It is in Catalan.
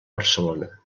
barcelona